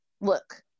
Look